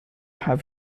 have